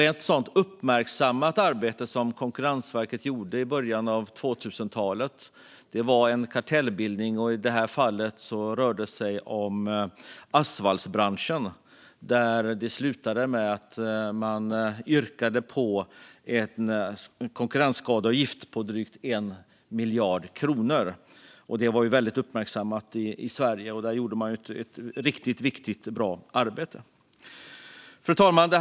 Ett sådant uppmärksammat arbete som Konkurrensverket gjorde i början av 2000-talet rörde en kartellbildning, i det här fallet i asfaltsbranschen. Det slutade med att Konkurrensverket yrkade på en konkurrensskadeavgift på drygt 1 miljard kronor, vilket blev väldigt uppmärksammat i Sverige. Där gjorde verket ett riktigt viktigt och bra arbete. Fru talman!